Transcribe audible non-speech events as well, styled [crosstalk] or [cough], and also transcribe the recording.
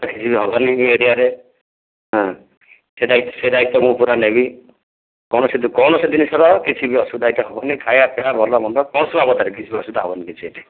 କିଛି ହେବନି [unintelligible] ଏ ଏରିୟାରେ ସେ ସେ ଦାୟିତ୍ଵ ମୁଁ ପୁରା ନେବି କୌଣସି କୌଣସି ଜିନିଷର କିଛି ବି ଅସୁବିଧା ଏଠି ହେବନି ଖାଇବା ପିଇବା ଭଲ ମନ୍ଦ [unintelligible] କିଛି ବି ଅସୁବିଧା କିଛି ହେବନି ଏଠି